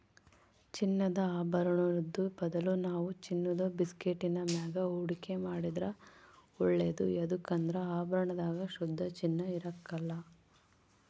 ಚಿನ್ನದ ಆಭರುಣುದ್ ಬದಲು ನಾವು ಚಿನ್ನುದ ಬಿಸ್ಕೆಟ್ಟಿನ ಮ್ಯಾಗ ಹೂಡಿಕೆ ಮಾಡಿದ್ರ ಒಳ್ಳೇದು ಯದುಕಂದ್ರ ಆಭರಣದಾಗ ಶುದ್ಧ ಚಿನ್ನ ಇರಕಲ್ಲ